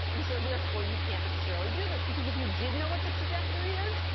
and so therefore, you can't necessarily do this, because if you did know what the trajectory is,